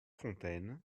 fontaines